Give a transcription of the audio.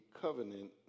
covenant